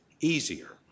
easier